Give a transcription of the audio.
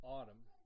Autumn